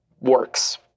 works